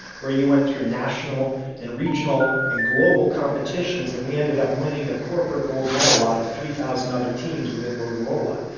where you went through national and regional and global competitions, and we ended up winning a corporate gold medal out of three thousand other teams within motorola.